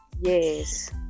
yes